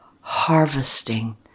harvesting